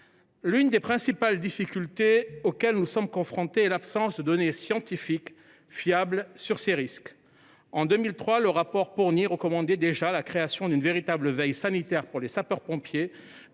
L’une des principales difficultés auxquelles nous sommes confrontés est l’absence de données scientifiques fiables sur ces risques. En 2003, le rapport Pourny recommandait déjà la création d’une véritable veille sanitaire pour les sapeurs pompiers,